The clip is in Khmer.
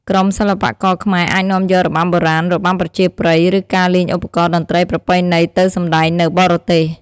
ក្រុមសិល្បករខ្មែរអាចនាំយករបាំបុរាណ របាំប្រជាប្រិយ ឬការលេងឧបករណ៍តន្ត្រីប្រពៃណីទៅសម្តែងនៅបរទេស។